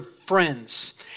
friends